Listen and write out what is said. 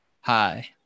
hi